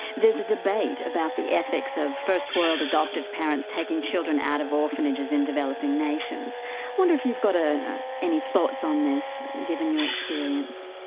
there's a debate about the ethics of first world adoptive parents taking children out of orphanages in developing nations. i wonder if you've got ah any thoughts on this, given your experience?